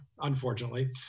unfortunately